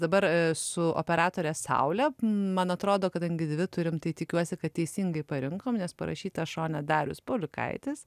dabar su operatore saule man atrodo kadangi dvi turim tai tikiuosi kad teisingai parinkom nes parašyta šone darius pauliukaitis